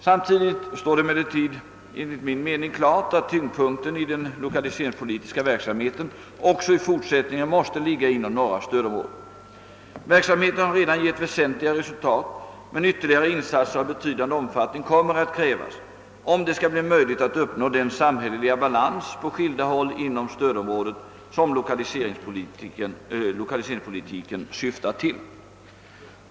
Samtidigt står det enligt min mening klart, att tyngdpunkten i den lokaliseringspolitiska verksamheten också i fortsättningen måste ligga inom norra stödområdet. Verksamheten har redan gett väsentliga resultat, men ytterligare insatser av betydande omfattning kommer att krävas om det skall bli möjligt att uppnå den samhälleliga balans på skilda håll inom stödområdet, som lokaliseringspolitiken syftar till.